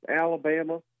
Alabama